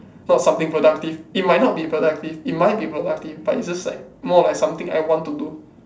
not something productive it might not be productive it might be productive but it's just like more of something I want to do